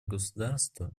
государство